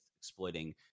exploiting